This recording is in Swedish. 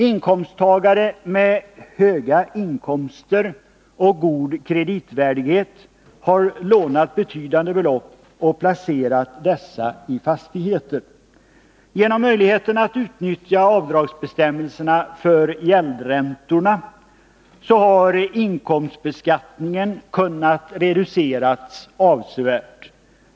Inkomsttagare med höga inkomster och god kreditvärdighet har lånat betydande belopp och placerat dessa i fastigheter. Genom möjligheten att utnyttja avdragsbestämmelserna för gäldräntorna har inkomstbeskattningen kunnat reduceras avsevärt.